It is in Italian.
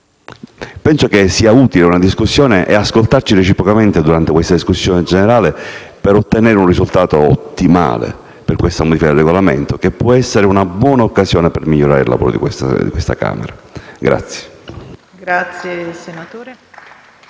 Penso che sia utile una discussione e ascoltarci reciprocamente durante questa discussione generale, per ottenere un risultato ottimale per questa modifica del Regolamento, che può essere una buona occasione per migliorare il lavoro di questa Camera.